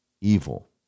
evil